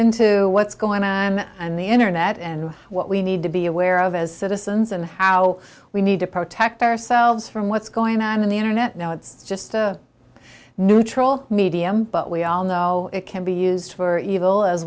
into what's going on and the internet and what we need to be aware of as citizens and how we need to protect ourselves from what's going on in the internet now it's just a neutral medium but we all know how it can be used for evil as